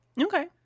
Okay